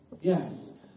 Yes